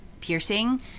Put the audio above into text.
Piercing